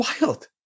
Wild